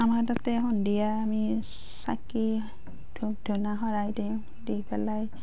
আমাৰ তাতে সন্ধিয়া আমি চাকি ধূপ ধূনা শৰাই দিওঁ দি পেলাই